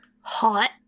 Hot